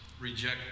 reject